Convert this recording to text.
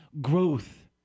growth